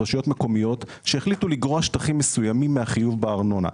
היו רשויות מקומיות שהחליטו לגרוע שטחים מסוימים מהחיוב בארנונה,